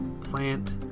plant